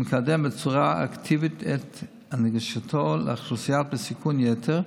ומקדם בצורה אקטיבית את הנגשתו לאוכלוסיות בסיכון יתר,